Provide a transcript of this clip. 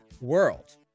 world